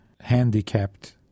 handicapped